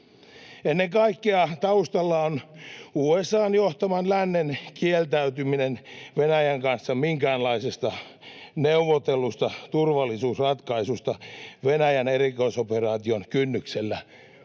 Ennen kaikkea taustalla on USA:n johtaman lännen kieltäytyminen Venäjän kanssa minkäänlaisesta neuvotellusta turvallisuusratkaisusta Venäjän erikoisoperaation kynnyksellä